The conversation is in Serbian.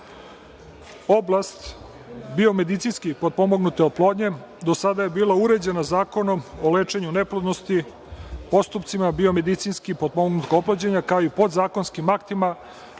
biomedicinski potpomognute oplodnje do sada je bila uređena Zakonom o lečenju neplodnosti postupcima biomedicinski potpomognutog oplođenja kao i podzakonskim aktima